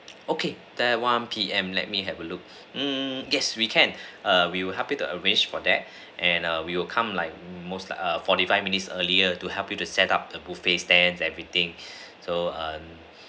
okay that one P_M let me have a look mm yes we can err we will help you to arrange for that and err we will come like most like forty five minutes earlier to help you to set up the buffet stands everything so um